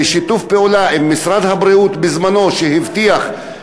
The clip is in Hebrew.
בשיתוף פעולה עם משרד הבריאות בזמנו, שהבטיח,